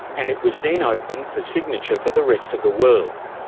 and it was then opened for signature for the rest of the world.